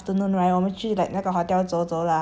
there right 我们就看到放在那个 swimming pool